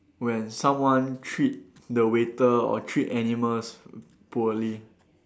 when someone treat the waiter or treat animals poorly